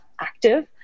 active